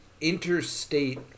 interstate